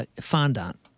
fondant